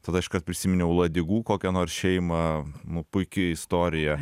tada iškart prisiminiau ladygų kokią nors šeimą nu puiki istorija